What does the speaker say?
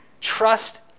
trust